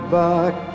back